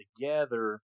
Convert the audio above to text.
together